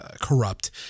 corrupt